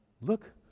Look